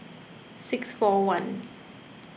six four one